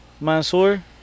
Mansoor